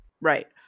Right